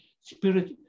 spirit